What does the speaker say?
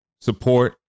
support